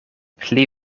pli